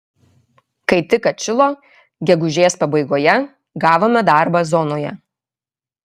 kai tik atšilo gegužės pabaigoje gavome darbą zonoje